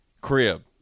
Crib